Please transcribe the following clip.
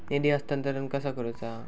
निधी हस्तांतरण कसा करुचा?